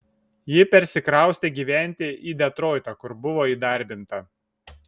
ji persikraustė gyventi į detroitą kur buvo įdarbinta